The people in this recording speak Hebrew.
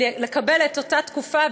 לקבל אותה תקופה,